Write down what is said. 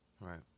Right